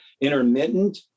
intermittent